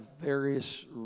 various